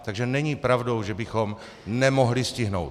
Takže není pravdou, že bychom nemohli stihnout!